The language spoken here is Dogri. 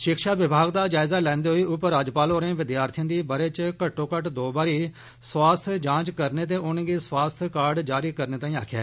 शिक्षा विभाग दा जायज़ा लैन्दे होई उप राज्यपाल होरें विद्यार्थियें दी बरे च घट्टो घटट् दो बारी स्वास्थ्य जांच करने ते उनेंगी स्वास्थ्य कार्ड जारी करने तांई आक्खेया